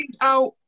out